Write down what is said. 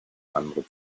andere